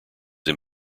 him